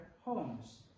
homes